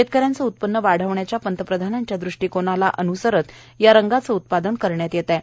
शेतकऱ्यांचे उत्पन्न वाढवण्याच्या पंतप्रधानांच्या दृष्टीकोनाला अनुसरत या रंगाचे उत्पादन करण्यात येत आहे